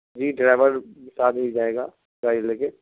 جی driver ساتھ میں ہی جائے گا گاڑی لے کے